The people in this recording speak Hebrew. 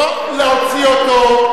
להוציא אותו.